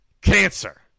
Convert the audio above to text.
cancer